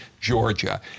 Georgia